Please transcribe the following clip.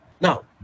now